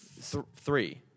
three